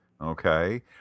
Okay